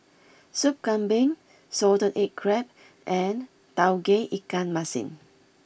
Sup Kambing Salted Egg Crab and Tauge Ikan Masin